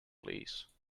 please